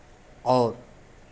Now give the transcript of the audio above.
और